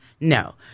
no